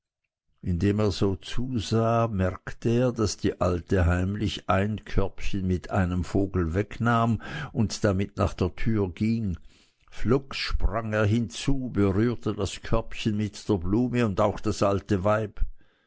indem er so zusah merkte er daß die alte heimlich ein körbchen mit einem vogel wegnahm und damit nach der türe ging flugs sprang er hinzu berührte das körbchen mit der blume und auch das alte weib